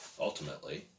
ultimately